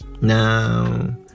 Now